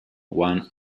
one